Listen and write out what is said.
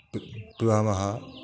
P पिबामः